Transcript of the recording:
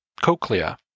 cochlea